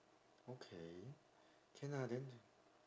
okay can lah then